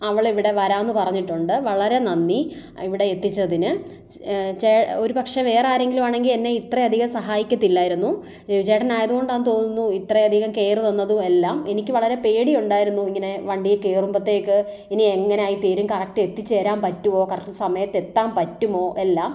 അവൾ ഇവിടെ വരാമെന്നു പറഞ്ഞിട്ടുണ്ട് വളരെ നന്ദി ഇവിടെ എത്തിച്ചതിനു ചേ ഒരു പക്ഷേ വേറെ ആരെങ്കിലും ആണെങ്കിൽ എന്നെ ഇത്ര അധികം സഹായിക്കത്തില്ലായിരുന്നു രവി ചേട്ടൻ ആയതുകൊണ്ടാണ് തോന്നുന്നു ഇത്ര അധികം കെയറ് തന്നതും എല്ലാം എനിക്ക് വളരെ പേടി ഉണ്ടായിരുന്നു ഇങ്ങനെ വണ്ടി കയറുമ്പോഴ്ത്തേക്ക് ഇനി എങ്ങനായ് തീരും കറക്റ്റ് എത്തിചേരാൻ പറ്റുവോ കറക്റ്റ് സമയത്ത് എത്താൻ പറ്റുമോ എല്ലാം